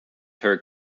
her